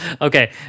okay